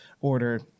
order